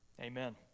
amen